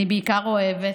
אני בעיקר אוהבת,